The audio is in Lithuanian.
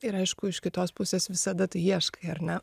ir aišku iš kitos pusės visada tu ieškai ar ne